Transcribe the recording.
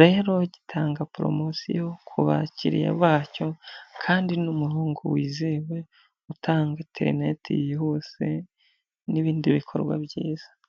rero gitanga poromosiyo ku bakiriya bacyo kandi n'umurongo wizewe utanga interineti yihuse n'ibindi bikorwa byiza.